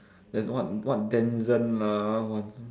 there's what what danzen lah